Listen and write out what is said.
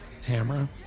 Tamara